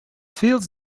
fields